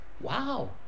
wow